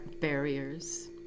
barriers